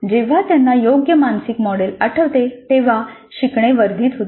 जेव्हा त्यांना योग्य मानसिक मॉडेल आठवते तेव्हा शिकणे वर्धित होते